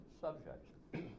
subjects